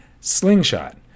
Slingshot